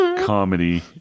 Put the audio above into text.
comedy